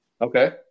Okay